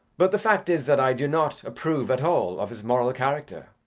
but the fact is that i do not approve at all of his moral character.